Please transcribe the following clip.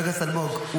חבר הכנסת אלמוג,